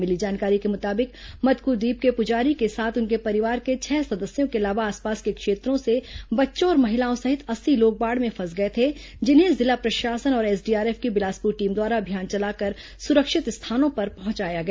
मिली जानकारी के मुताबिक मदकूद्वीप के पुजारी के साथ उनके परिवार के छह सदस्यों के अलावा आसपास के क्षेत्रों से बच्चों और महिलाओं सहित अस्सी लोग बाढ़ में फंस गए थे जिन्हें जिला प्रशासन और एसडीआरएफ बिलासपुर की टीम द्वारा अभियान चलाकर सुरक्षित स्थानों पर पहुंचाया गया